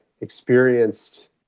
experienced